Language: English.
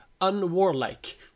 unwarlike